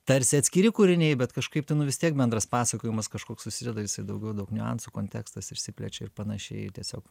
tarsi atskiri kūriniai bet kažkaip tai nu vis tiek bendras pasakojimas kažkoks susideda jisai daugiau daug niuansų kontekstas išsiplečia ir panašiai tiesiog